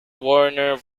warner